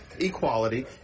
equality